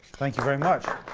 thank you very much.